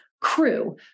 crew